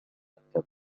المكتب